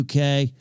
UK